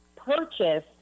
Purchase